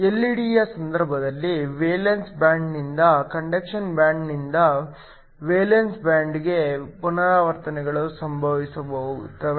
ಎಲ್ಇಡಿಯ ಸಂದರ್ಭದಲ್ಲಿ ವೇಲೆನ್ಸಿ ಬ್ಯಾಂಡ್ನಿಂದ ಕಂಡಕ್ಷನ್ ಬ್ಯಾಂಡ್ನಿಂದ ವೇಲೆನ್ಸ್ ಬ್ಯಾಂಡ್valence banಗಳುdಗೆ ಪರಿವರ್ತನೆಗಳು ಸಂಭವಿಸುತ್ತವೆ